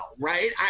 right